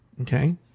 Okay